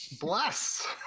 Bless